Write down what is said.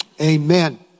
Amen